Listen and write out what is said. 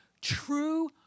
true